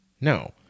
No